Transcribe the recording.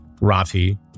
Rafi